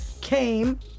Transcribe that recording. came